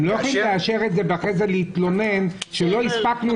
הם לא יכולים לאשר את זה ואחרי זה להתלונן שלא הספקנו